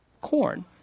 corn